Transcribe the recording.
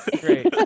Great